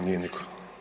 Nije nitko.